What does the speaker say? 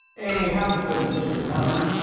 amy, have the goodness to remember